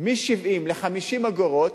מ-70 ל-50 אגורות,